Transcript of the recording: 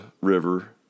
river